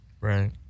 Right